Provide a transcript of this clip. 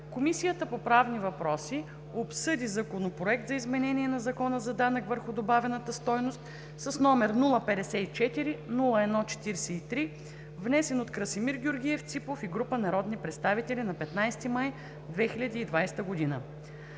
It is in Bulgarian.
Комисията по правни въпроси обсъди Законопроект за изменение на Закона за данък върху добавената стойност, № 054-01-43, внесен от Красимир Георгиев Ципов и група народни представители на 15 май 2020 г.